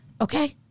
okay